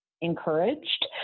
encouraged